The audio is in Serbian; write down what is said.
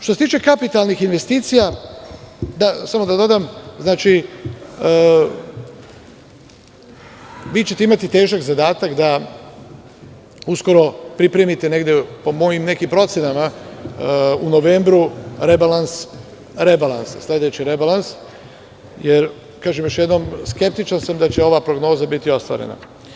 Što se tiče kapitalnih investicija samo da dodam, vi ćete imati težak zadatak da uskoro pripremite negde po mojim nekim procenama u novembru rebalans, sledeći rebalans, jer kažem još jednom skeptičan sam da će ova prognoza biti ostvarena.